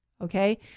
Okay